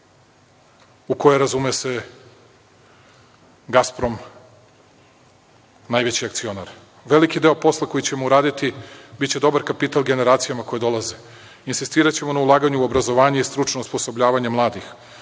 u kojoj je, razume se, „Gasprom“ najveći akcionar. Veliki deo posla koji ćemo uraditi biće dobar kapital generacijama koje dolaze. Insistiraćemo na ulaganju u obrazovanje i stručno osposobljavanje mladih.